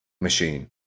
machine